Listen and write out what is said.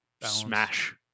smash